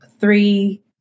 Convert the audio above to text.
three